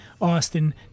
austin